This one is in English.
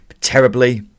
terribly